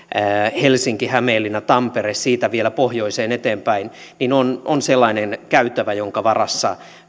helsinki hämeenlinna tampere ja siitä vielä pohjoiseen eteenpäin on on sellainen käytävä jonka varassa